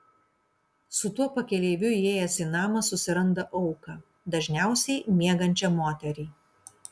su tuo pakeleiviu įėjęs į namą susiranda auką dažniausiai miegančią moterį